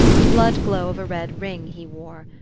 the blood-glow of a red ring he wore.